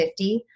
50